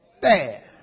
Bad